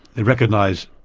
they recognise,